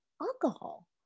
alcohol